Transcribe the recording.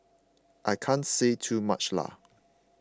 I can't say too much lah